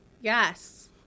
Yes